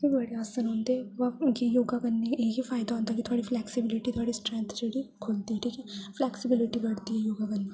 होर आसन होंदे बा मिगी योगा करने दा इ'यै फायदा होंदा की थोह्ड़ी फ्लैक्सिबिलिटी थोह्ड़ी स्ट्रैंथ जेह्ड़ी खु'ल्लदी फ्लैक्सिबिलिटी बढ़दी योगा कन्नै